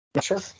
Sure